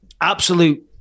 absolute